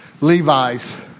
Levi's